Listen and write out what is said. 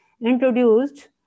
introduced